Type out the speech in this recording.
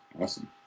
Awesome